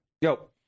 Yo